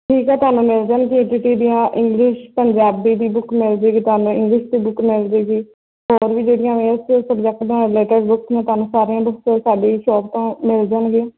ਠੀਕ ਹੈ ਤੁਹਾਨੂੰ ਮਿਲ ਜਾਣਗੇ ਦੀਆਂ ਇੰਗਲਿਸ਼ ਪੰਜਾਬੀ ਦੀ ਬੁੱਕ ਮਿਲ ਜਾਵੇਗੀ ਤੁਹਾਨੂੰ ਇੰਗਲਿਸ਼ ਦੀ ਬੁੱਕ ਮਿਲ ਜੂਗੀ ਹੋਰ ਵੀ ਜਿਹੜੀਆਂ ਨੇ ਉਸ ਸਬਜੈਕਟ ਨਾਲ ਰਿਲੇਟਡ ਬੁੱਕ ਮੈਂ ਤੁਹਾਨੂੰ ਸਾਰੀਆਂ ਬੁੁਕਸ ਸਾਡੀ ਸ਼ੋਪ ਤੋਂ ਮਿਲ ਜਾਣਗੀਆਂ